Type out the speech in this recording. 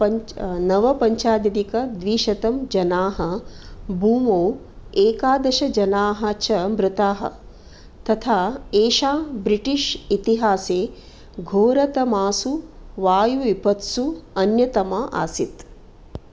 पञ्च नवपञ्चाशत् अधिक द्विशतं जनाः भूमौ एकादशजनाः च मृताः तथा एषां ब्रिटिश् इतिहासे घोरतमासु वायुविपत्सु अन्यतमा आसीत्